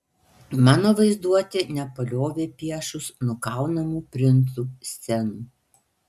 mano vaizduotė nepaliovė piešus nukaunamų princų scenų